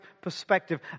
perspective